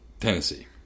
Tennessee